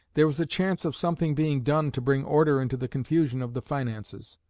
there was a chance of something being done to bring order into the confusion of the finances.